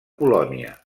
polònia